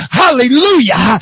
hallelujah